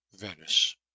Venice